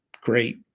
great